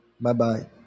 Bye-bye